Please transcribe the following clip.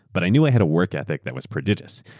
but i knew i had a work ethic that was prodigious.